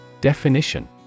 Definition